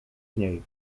niej